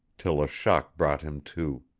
till a shock brought him to.